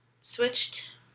switched